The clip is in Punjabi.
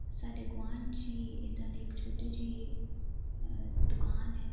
ਸਾਡੇ ਗੁਆਂਡ 'ਚ ਹੀ ਇੱਦਾਂ ਦੀ ਇੱਕ ਛੋਟੀ ਜਿਹੀ ਦੁਕਾਨ ਹੈ